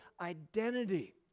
identity